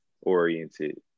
oriented